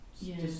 yes